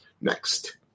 Next